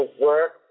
work